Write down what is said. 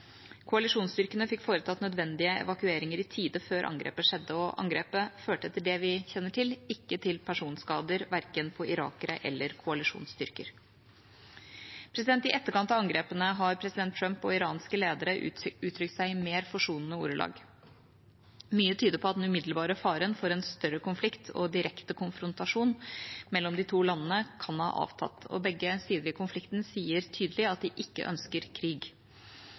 Koalisjonsstyrkene fikk foretatt nødvendige evakueringer i tide, før angrepet skjedde. Angrepet førte, etter det vi kjenner til, ikke til personskader, verken på irakere eller koalisjonsstyrker. I etterkant av angrepene har president Trump og iranske ledere uttrykt seg i mer forsonende ordelag. Mye tyder på at den umiddelbare faren for en større konflikt og direkte konfrontasjon mellom de to landene kan ha avtatt. Begge sider i konflikten sier tydelig at de ikke ønsker krig.